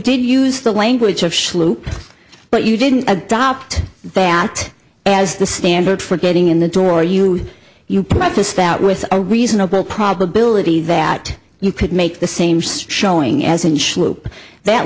did use the language of sloop but you didn't adopt that as the standard for getting in the door you you practiced out with a reasonable probability that you could make the same showing as ensure that